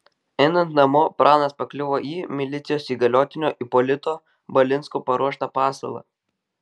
einant namo pranas pakliuvo į milicijos įgaliotinio ipolito balinsko paruoštą pasalą